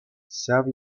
ҫав